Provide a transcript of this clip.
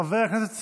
חבר הכנסת סעדי,